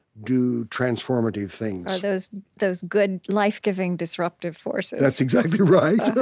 do transformative things are those those good life-giving disruptive forces that's exactly right.